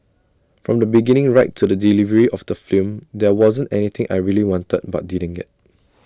from the beginning right to the delivery of the film there wasn't anything I really wanted but didn't get